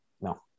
no